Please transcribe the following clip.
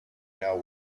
know